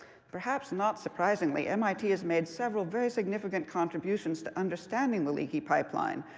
perhaps not surprisingly, mit has made several very significant contributions to understanding the leaky pipeline,